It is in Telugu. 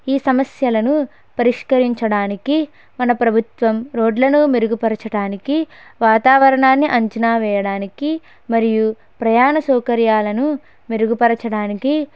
ఈ సమస్యలను పరిష్కరించడానికి మన ప్రభుత్వం రోడ్లను మెరుగుపరచటానికి వాతావరణాన్ని అంచనా వేయడానికి మరియు ప్రయాణ సౌకర్యాలను మెరుగుపరచడానికి